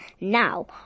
now